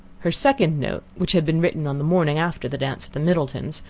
her second note, which had been written on the morning after the dance at the middletons',